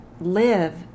live